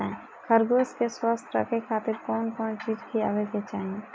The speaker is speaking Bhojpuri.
खरगोश के स्वस्थ रखे खातिर कउन कउन चिज खिआवे के चाही?